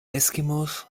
eskimos